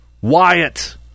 Wyatt